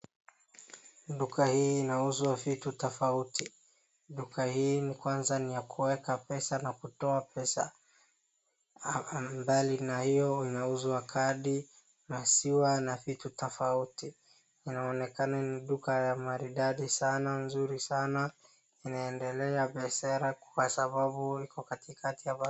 Duka hii inauzwa vitu tofauti, duka hii kwanza ni ya kuweka pesa na kutoa pesa. Mbali na hiyo inauzwa kadi, maziwa na vitu tofauti. Inaonekana ni duka maridadi sana ,nzuri sana, inaendelea biashara kwa sababu iko katikati ya barabara.